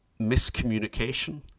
miscommunication